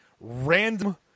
random